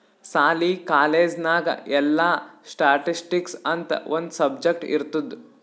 ಸಾಲಿ, ಕಾಲೇಜ್ ನಾಗ್ ಎಲ್ಲಾ ಸ್ಟ್ಯಾಟಿಸ್ಟಿಕ್ಸ್ ಅಂತ್ ಒಂದ್ ಸಬ್ಜೆಕ್ಟ್ ಇರ್ತುದ್